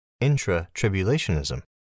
intra-tribulationism